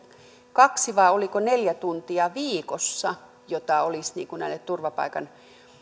kaksi vai neljä tuntia viikossa opiskelua jota olisi näille turvapaikan